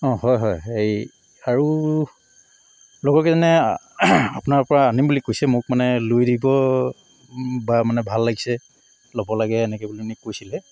অঁ হয় হয় এই আৰু লগৰ কেইজনে আপোনাৰ পৰা আনিম বুলি কৈছে মোক মানে লৈ দিব বা মানে ভাল লাগিছে ল'ব লাগে এনেকৈ বুলি নি কৈছিলে